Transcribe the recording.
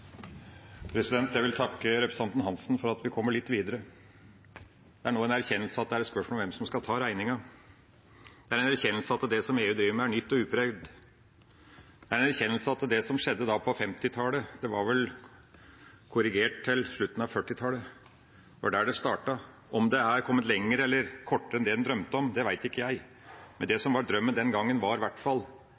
Jeg vil takke representanten Hansen for at vi kommer litt videre. Det er nå en erkjennelse at det er et spørsmål om hvem som skal ta regninga. Det er en erkjennelse at det EU driver med, er nytt og uprøvd. Det er en erkjennelse av det som skjedde på 1950-tallet, det ble vel korrigert til slutten av 1940-tallet, det var der det startet. Om det er kommet lenger eller kortere enn det en drømte om, det vet ikke jeg, men det som var drømmen den gangen, var i hvert fall